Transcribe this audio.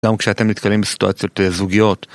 גם כשאתם נתקלים בסיטואציות זוגיות.